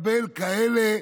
מקבל כאלה